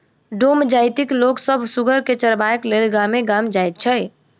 डोम जाइतक लोक सभ सुगर के चरयबाक लेल गामे गाम जाइत छै